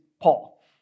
Paul